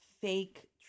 fake